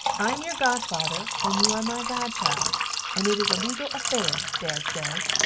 i am your godfather and you are my godchild and it is a legal afare, dad sez,